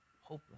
Hopeless